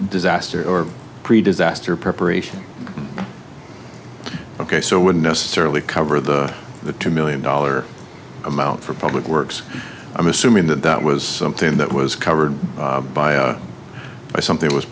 disaster or pre disaster preparation ok so wouldn't necessarily cover the the million dollar amount for public works i'm assuming that that was something that was covered by something was